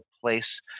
place